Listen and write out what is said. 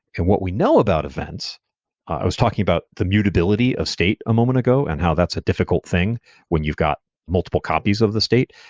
and what we know about events i was talking about the mutability of state a moment ago and how that's a difficult thing when you've got multiple copies of the state.